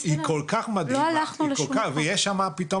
היא כל כך מדהימה ויש שם פתרון.